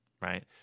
right